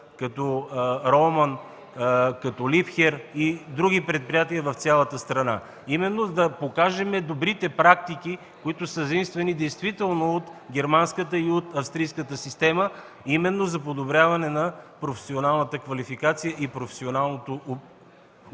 „Ролман”, „Либхер” и други предприятия от цялата страна, именно за да покажем добрите практики, които са заимствани действително от германската и от австрийската система за подобряване на професионалната квалификация и професионалното образование.